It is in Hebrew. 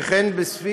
שכן לפי